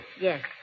Yes